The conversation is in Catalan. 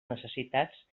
necessitats